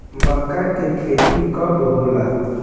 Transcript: मक्का के खेती कब होला?